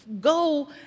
go